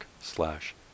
slash